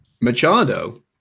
Machado